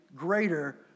greater